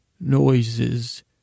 noises